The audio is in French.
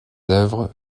œuvres